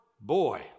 boy